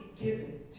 given